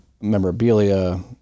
memorabilia